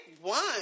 one